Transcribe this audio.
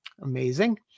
Amazing